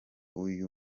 nijeriya